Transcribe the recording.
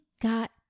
got